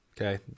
Okay